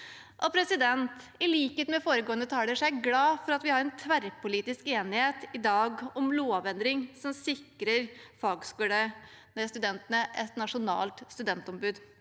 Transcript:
i endring. I likhet med foregående taler er jeg glad for at vi i dag har en tverrpolitisk enighet om lovendring som sikrer fagskolestudentene et nasjonalt studentombud.